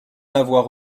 avoir